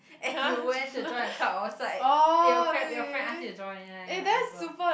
and you went to join a club outside and your cred~ your friend ask you to join ya ya ya I remember